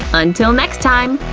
until next time!